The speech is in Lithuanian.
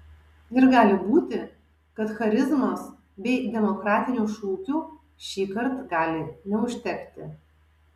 ir gali būti kad charizmos bei demokratinių šūkių šįkart gali neužtekti